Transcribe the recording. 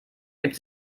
gibt